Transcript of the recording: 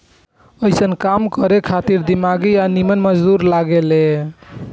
अइसन काम करे खातिर दिमागी आ निमन मजदूर लागे ला